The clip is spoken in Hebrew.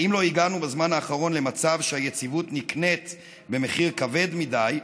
האם לא הגענו בזמן האחרון למצב שהיציבות נקנית במחיר כבד מדי?